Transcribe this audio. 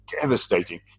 devastating